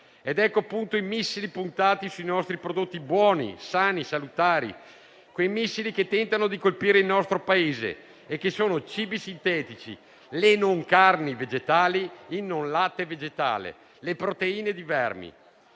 Ecco appunto i missili puntati sui nostri prodotti buoni, sani e salutari, che tentano di colpire il nostro Paese: i cibi sintetici, le non carni e il non latte vegetali o le proteine di vermi.